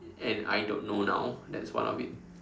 and I don't know now that's one of it